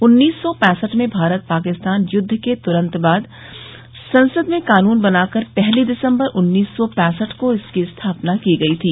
उन्नीस सौ पैंसठ में भारत पाकिस्तान युद्ध के तुरंत बाद संसद में कानून बनाकर पहली दिसंबर उन्नीस सौ पैंसठ को इसकी स्थापना की गई थी